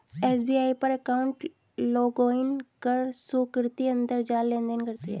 SBI पर account login कर सुकृति अंतरजाल लेनदेन करती है